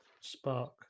spark